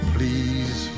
Please